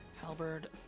halberd